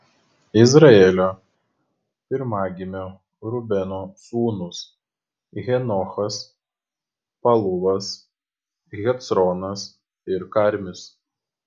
izraelio pirmagimio rubeno sūnūs henochas paluvas hecronas ir karmis